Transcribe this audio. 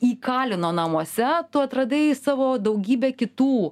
įkalino namuose tu atradai savo daugybę kitų